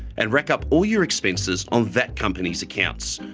and rack up all your expenses on that company's accounts.